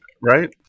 right